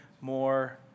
more